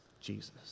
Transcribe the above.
Jesus